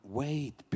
wait